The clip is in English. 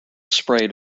sprayed